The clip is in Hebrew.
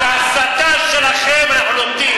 את ההסתה שלכם אנחנו לומדים.